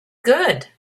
good